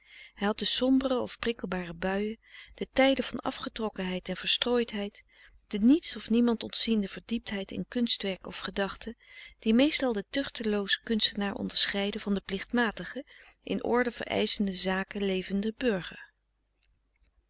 hij had de sombere of prikkelbare buien de tijden van afgetrokkenheid en verstrooidheid de niets of niemand ontziende verdieptheid in kunstwerk of gedachte die meestal den tuchteloozen kunstenaar onderscheiden van den plichtmatigen in orde vereischende zaken